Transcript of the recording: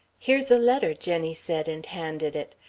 here's a letter, jenny said, and handed it.